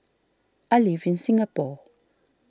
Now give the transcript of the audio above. I live in Singapore